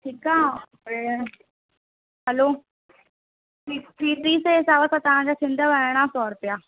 ठीकु आहे और हैलो टी टी सै चाहियो त तव्हांजा थींदा अरिड़हं सौ रुपिया